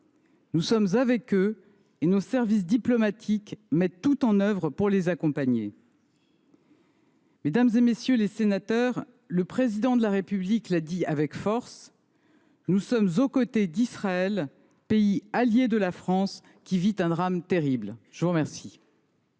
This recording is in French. Nous sommes avec eux, et nos services diplomatiques mettent tout en œuvre pour les accompagner. Mesdames, messieurs les sénateurs, le Président de la République l’a dit avec force : nous sommes aux côtés d’Israël, pays allié de la France, qui vit un drame terrible. Madame